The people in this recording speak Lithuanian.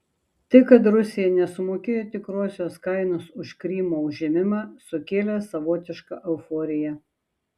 tai kad rusija nesumokėjo tikrosios kainos už krymo užėmimą sukėlė savotišką euforiją